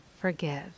forgive